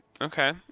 Okay